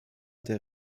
der